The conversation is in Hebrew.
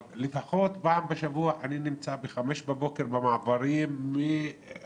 אבל לפחות פעם בשבוע אני נמצא במעברים ב-5:00 בבוקר,